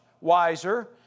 wiser